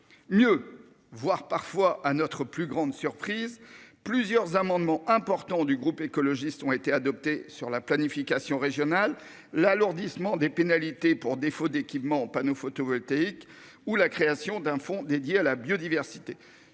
mieux voire parfois à notre plus grande surprise plusieurs amendements importants du groupe écologiste ont été adoptés sur la planification régionale l'alourdissement des pénalités pour défaut d'équipement panneaux photovoltaïques ou la création d'un fonds dédié à la biodiversité.